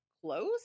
Close